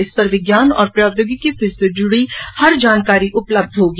इस पर विज्ञान और प्रोघोगिकी से जूड़ी हर जानकारी उपलब्ध होगी